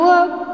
up